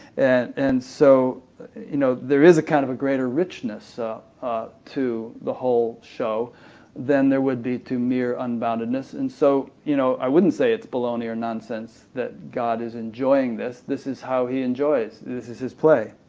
and so you know there is a kind of a greater richness to the whole show than there would be to mere unboundedness, and so you know i wouldn't say it's bologna or nonsense that god is enjoying this this is how he enjoys, this is his play.